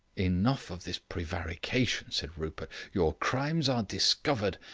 enough of this prevarication, said rupert your crimes are discovered.